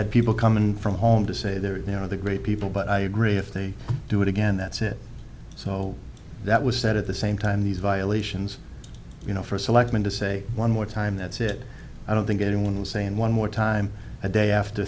had people come in from home to say they're the great people but i agree if they do it again that said so that was that at the same time these violations you know first selectman to say one more time that said i don't think anyone was saying one more time a day after